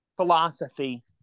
philosophy